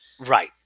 Right